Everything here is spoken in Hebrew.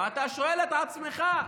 ואתה שואל את עצמך,